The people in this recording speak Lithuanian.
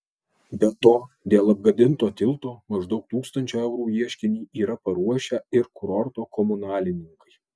be to dėl apgadinto tilto maždaug tūkstančio eurų ieškinį yra paruošę ir kurorto komunalininkai